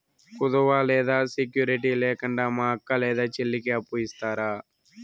కుదువ లేదా సెక్యూరిటి లేకుండా మా అక్క లేదా చెల్లికి అప్పు ఇస్తారా?